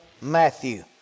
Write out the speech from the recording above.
Matthew